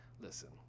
listen